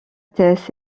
tes